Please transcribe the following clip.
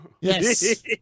Yes